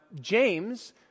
James